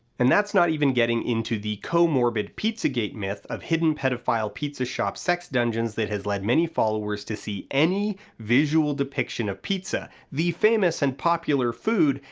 and that's not even getting into the co-morbid pizzagate myth of hidden pedophile pizza-shop sex dungeons that has led many followers to see any visual depiction of pizza, the famous and popular food,